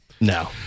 No